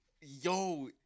Yo